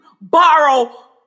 borrow